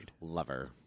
Lover